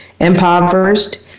Impoverished